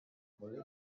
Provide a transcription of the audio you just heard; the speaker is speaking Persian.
باید